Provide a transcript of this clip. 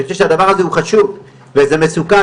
אני חושב שהדבר הזה הוא חשוב וזה מסוכן,